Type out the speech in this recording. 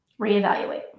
Reevaluate